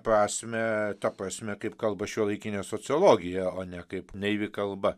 prasmę ta prasme kaip kalba šiuolaikinė sociologija o ne kaip naivi kalba